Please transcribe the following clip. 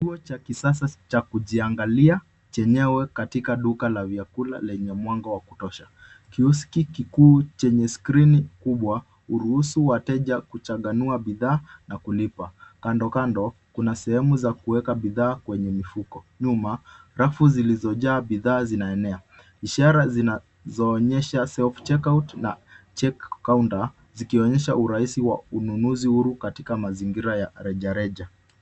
Kituo cha kisasa cha kujiangalia chenyewe katika duka la vyakula lenye mwanga wakutosha. Kioski kikuu chenye skrini kubwa, huruhusu wateja kuchanganua bidhaa na kulipa. Kando, kando, kuna sehemu za kuweka bidhaa kwenye mifuko. Nyuma, rafu zilizojaa bidhaa zinaenea ishara zinazoonyesha Self Checkout na Check Counter zikionyesha urahisi wa ununuzi huru katika mazingira ya rejareja.